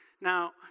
Now